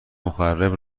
مخرب